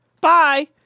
Bye